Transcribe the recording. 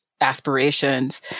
aspirations